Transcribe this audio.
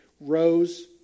rose